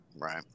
Right